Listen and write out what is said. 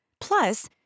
Plus